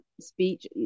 speech